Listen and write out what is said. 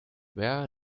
where